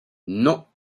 non